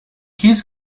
keys